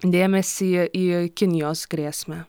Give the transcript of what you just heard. dėmesį į į kinijos grėsmę